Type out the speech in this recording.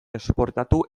esportatu